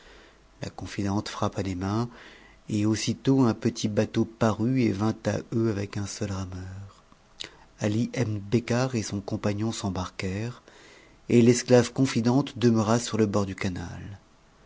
la confidente frappa des mains et aussitôt un petit bateau parut et vint à eux avec un seul rameur ali ebn becar et son compagnon s'embarquèrent et l'esclave confidente demeura sur le bord du canal